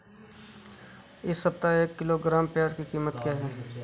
इस सप्ताह एक किलोग्राम प्याज की कीमत क्या है?